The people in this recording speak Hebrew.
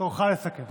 תורך לסכם.